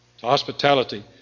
hospitality